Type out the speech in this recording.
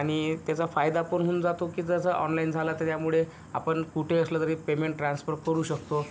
आणि त्याचा फायदा पण होऊन जातो की जसं ऑनलाईन झालं तर त्यामुळे आपण कुठेही असलं तरी पेमेंट ट्रान्सफर करू शकतो